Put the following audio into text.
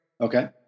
Okay